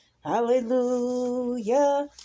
Hallelujah